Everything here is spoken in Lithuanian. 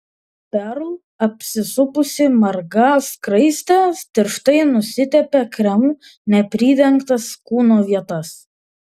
perl apsisupusi marga skraiste tirštai nusitepė kremu nepridengtas kūno vietas